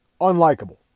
unlikable